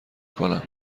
کنم